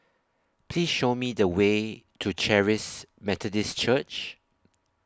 Please Show Me The Way to Charis Methodist Church